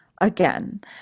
again